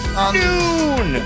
Noon